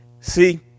See